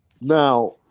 Now